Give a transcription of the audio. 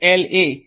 L